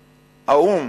האו"ם,